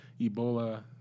Ebola